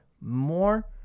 more